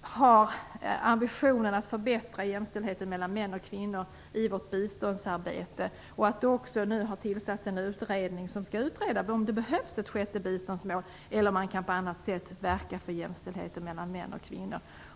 att ambitionen finns att förbättra jämställdheten mellan män och kvinnor i vårt biståndsarbete. Det har nu också tillsatts en utredning som skall undersöka om det behövs ett sjätte biståndsmål eller om man på annat sätt kan verka för jämställdhet mellan män och kvinnor.